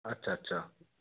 আচ্ছা আচ্ছা